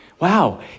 Wow